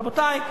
רבותי,